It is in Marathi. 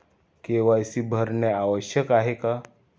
के.वाय.सी भरणे आवश्यक आहे का?